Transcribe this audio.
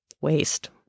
waste